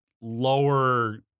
lower